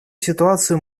ситуацию